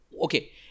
Okay